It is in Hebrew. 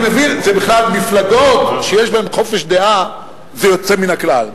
בכלל, מפלגות שיש בהן חופש דעה זה יוצא מן הכלל.